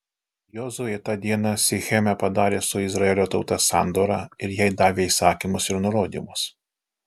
jozuė tą dieną sicheme padarė su izraelio tauta sandorą ir jai davė įsakymus ir nurodymus